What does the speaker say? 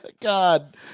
god